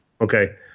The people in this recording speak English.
Okay